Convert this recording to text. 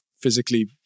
physically